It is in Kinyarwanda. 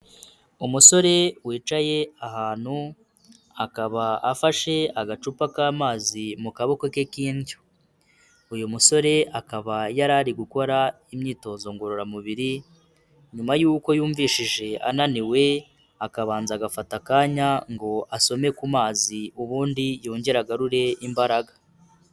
Umusore wicaye ahantu akaba afashe agacupa k'amazi mu kaboko ke k'indyo, uyu musore akaba yari ari gukora imyitozo ngororamubiri, nyuma yuko yumvishije ananiwe, akabanza agafata akanya ngo asome ku mazi ubundi yongere agarure imbaraga.